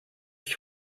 ich